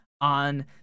on